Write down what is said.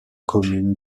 commune